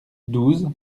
douze